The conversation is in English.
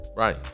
Right